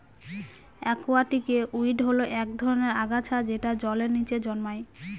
একুয়াটিকে উইড হল এক ধরনের আগাছা যেটা জলের নীচে জন্মায়